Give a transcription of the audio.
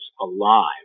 alive